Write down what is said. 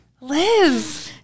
Liz